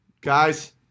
Guys